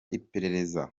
iperereza